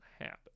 happen